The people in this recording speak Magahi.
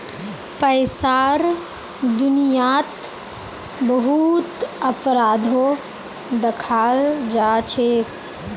पैसार दुनियात बहुत अपराधो दखाल जाछेक